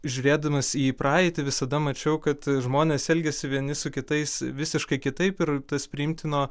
žiūrėdamas į praeitį visada mačiau kad žmonės elgiasi vieni su kitais visiškai kitaip ir tas priimtino